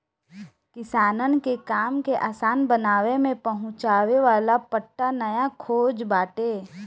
किसानन के काम के आसान बनावे में पहुंचावे वाला पट्टा नया खोज बाटे